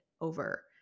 over